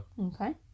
Okay